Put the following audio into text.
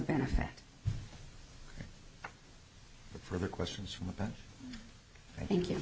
benefit for the questions from about i think you